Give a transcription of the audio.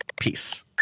Peace